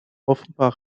offenbar